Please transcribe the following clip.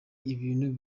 ibintu